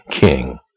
king